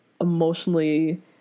emotionally